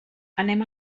anem